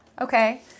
Okay